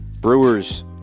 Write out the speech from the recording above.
Brewers